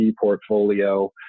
portfolio